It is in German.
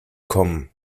kommen